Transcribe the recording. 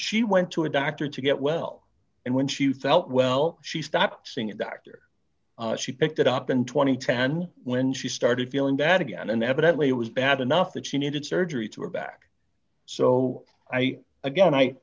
she went to a doctor to get well and when she felt well she stopped seeing a doctor she picked it up in two thousand and ten when she started feeling bad again and evidently it was bad enough that she needed surgery to her back so i again i